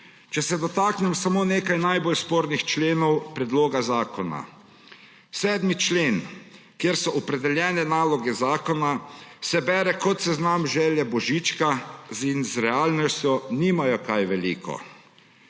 Če se dotaknem samo nekaj najbolj spornih členov predloga zakona. 7. člen, kjer so opredeljene naloge zakona, se bere kot seznam želja za Božička in z realnostjo nimajo kaj veliko.